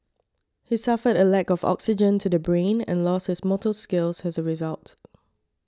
he suffered a lack of oxygen to the brain and lost his motor skills as a result